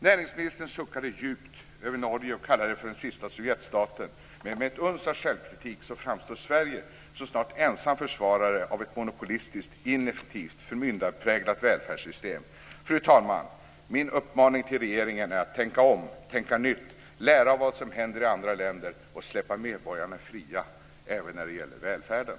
Näringsministern suckade djupt över Norge och kallade vårt grannland den sista sovjetstaten, men med ett uns av självkritik framstår Sverige som snart ensam försvarare av ett monopolistiskt ineffektivt förmyndarpräglat välfärdssystem. Fru talman! Min uppmaning till regeringen är att tänka om, tänka nytt, lära av vad som händer i andra länder och släppa medborgarna fria även när det gäller välfärden.